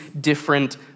different